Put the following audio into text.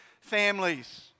families